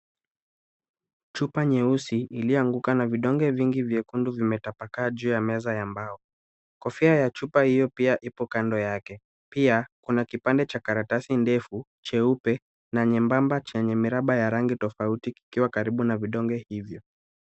Chupa nyeusi iliyoanguka na vidonge vingi vyekundu vimetapakaa juu ya meza ya mbao. Kofia ya chupa hiyo pia ipo kando yake. Pia, kuna kipande cha karatasi ndefu cheupe na nyembamba chenye miraba ya rangi tofauti kikiwa karibu na vidonge hivyo.